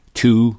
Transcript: two